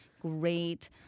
great